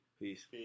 Peace